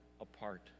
apart